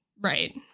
Right